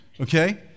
okay